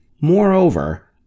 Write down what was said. Moreover